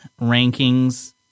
rankings